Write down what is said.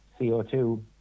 CO2